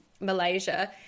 Malaysia